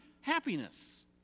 happiness